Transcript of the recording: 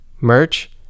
merch